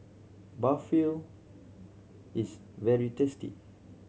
barfil is very tasty